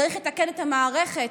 צריך לתקן את המערכת,